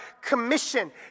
commission